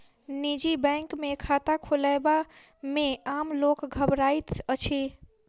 निजी बैंक मे खाता खोलयबा मे आम लोक घबराइत अछि